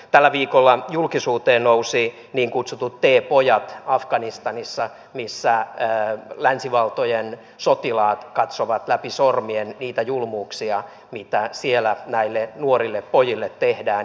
tällä viikolla julkisuuteen nousivat niin kutsutut teepojat afganistanissa missä länsivaltojen sotilaat katsovat läpi sormien niitä julmuuksia joita siellä näille nuorille pojille tehdään